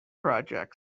projects